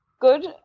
Good